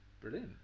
brilliant